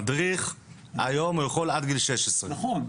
מדריך יכול היום עד גיל 16. נכון.